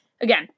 Again